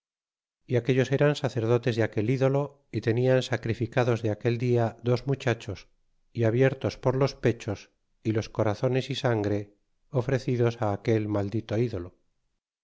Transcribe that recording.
y aquellos eran sacerdotes de aquel ídolo y tenian sacrificados de aquel dia dos muchachos y abiertos por los pechos y los corazones y sangre ofrecidos aquel maldito dolo